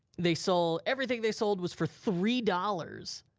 they sold, everything they sold was for three dollars.